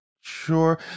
sure